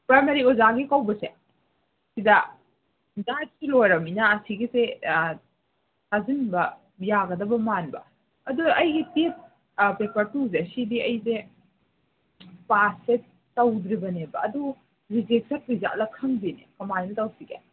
primary ꯑꯣꯖꯥꯒꯤ ꯀꯧꯕꯁꯦ ꯁꯤꯗ ꯗꯥꯏꯠꯇꯤ ꯂꯣꯏꯔꯃꯤꯅ ꯑꯁꯤꯒꯤꯁꯦ ꯊꯥꯖꯤꯟꯕ ꯌꯥꯒꯗꯕ ꯃꯥꯟꯕ ꯑꯗꯨ ꯑꯩꯒꯤ ꯆꯦ ꯄꯦꯄꯔ ꯇꯨꯁꯦ ꯁꯤꯗꯤ ꯑꯩꯁꯦ ꯄꯥꯁꯁꯦ ꯇꯧꯗ꯭ꯔꯤꯕꯅꯦꯕ ꯑꯗꯨ ꯔꯤꯖꯦꯛ ꯆꯠꯇꯣꯏꯖꯥꯠꯂꯥ ꯈꯪꯗꯦꯅꯦ ꯀꯃꯥꯏꯅ ꯇꯧꯁꯤꯒꯦ